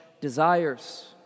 desires